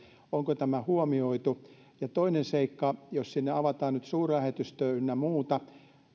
onko tämä huomioitu ja toinen seikka jos sinne avataan nyt suurlähetystö ynnä muuta